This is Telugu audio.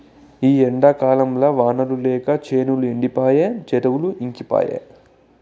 ఈ ఎండాకాలంల వానలు లేక చేనులు ఎండిపాయె చెరువులు ఇంకిపాయె